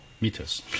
meters